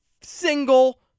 single